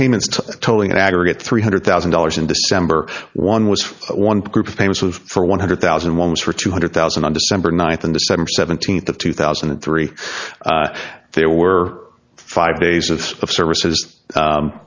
payments totaling an aggregate three hundred thousand dollars in december one was one group of famous was for one hundred thousand and one was for two hundred thousand on december ninth and december seventeenth of two thousand and three there were five days of services